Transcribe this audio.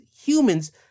humans